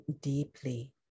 deeply